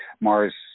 Mars